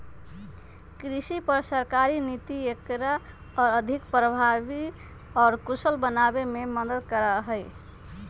कृषि पर सरकारी नीति एकरा और अधिक प्रभावी और कुशल बनावे में मदद करा हई